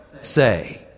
say